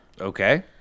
Okay